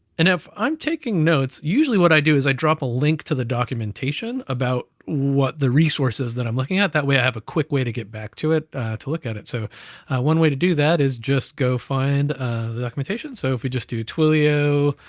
and if i'm taking notes, usually what i do is i drop a link to the documentation about what the resources that i'm looking at. that way i have a quick way to get back to it to look at it. so one way to do that is just go find the documentation. so if we do twilio